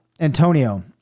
Antonio